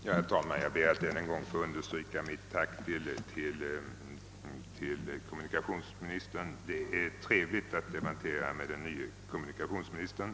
Herr talman! Jag ber att få upprepa mitt tack ännu en gång och också säga att jag tycker det är trevligt att debattera med den nye kommunikationsministern.